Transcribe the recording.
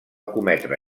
cometre